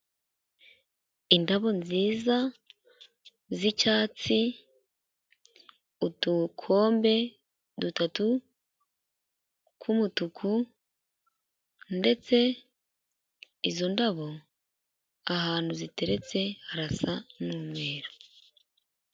Indabo nziza z'icyatsi udukombe dutatu tw'umutuku ndetse izo ndabo ahantu ziteretse harasa n'umweru.